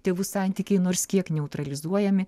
tėvų santykiai nors kiek neutralizuojami